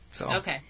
Okay